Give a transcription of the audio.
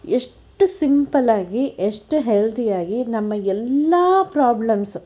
ಎಷ್ಟು ಸಿಂಪಲ್ ಆಗಿ ಎಷ್ಟು ಹೆಲ್ತಿಯಾಗಿ ನಮ್ಮ ಎಲ್ಲ ಪ್ರಾಬ್ಲಮ್ಸ್